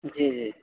جی جی